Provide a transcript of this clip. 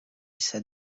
said